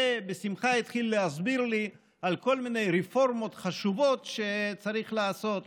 ובשמחה התחיל להסביר לי על כל מיני רפורמות חשובות שצריך לעשות,